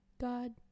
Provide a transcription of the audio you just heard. God